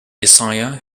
isaiah